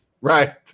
right